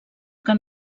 que